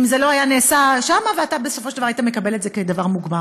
אם זה לא היה נעשה שם ואתה בסופו של דבר היית מקבל את זה כדבר מוגמר.